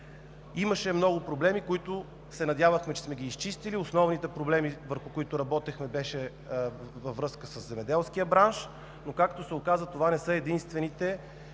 Имаше много проблеми, които се надявахме, че сме ги изчистили. Основните, върху които работихме, бяха във връзка със земеделския бранш, но както се оказа, това не са единствените